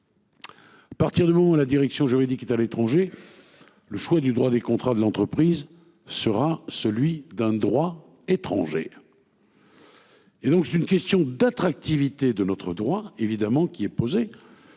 Partir du moment, la direction juridique est à l'étranger. Le choix du droit des contrats de l'entreprise sera celui d'un droit étranger. Et donc c'est une question d'attractivité de notre droit évidemment qui est posé.